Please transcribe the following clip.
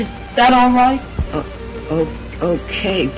is that all right oh ok